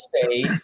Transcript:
say